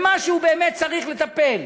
במה שהוא באמת צריך לטפל,